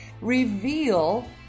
Reveal